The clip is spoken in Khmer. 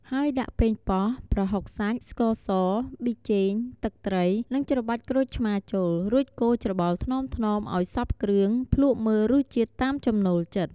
ហើយដាក់ប៉េងប៉ោះ ប្រហុកសាច់ ស្ករស ប៊ីចេង ទឹកត្រី និងច្របាច់ក្រូចឆ្មារចូល រួចកូរច្របល់ថ្នមៗឲ្យសព្វគ្រឿង ភ្លក់មើលរសជាតិតាមចំណូលចិត្ត។